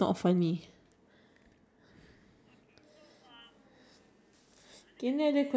and then I was sitting at the back I was I'm like I said I'm the type who like I I don't really I feel like I feel like I'm